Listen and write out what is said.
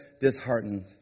disheartened